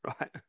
right